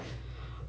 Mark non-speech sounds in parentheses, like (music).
(breath)